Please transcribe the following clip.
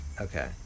Okay